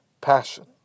passion